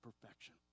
perfection